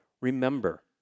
Remember